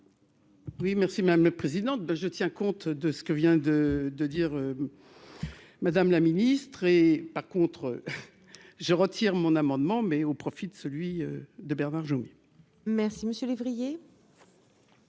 Oui merci madame le président ben je tiens compte de ce que vient de de dire madame la ministre, et par contre je retire mon amendement, mais au profit de celui de Bernard Jomier. Merci monsieur lévrier.